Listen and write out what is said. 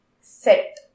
set